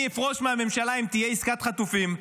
אני אפרוש מהממשלה אם תהיה עסקת חטופים,